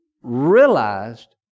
realized